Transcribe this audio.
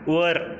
वर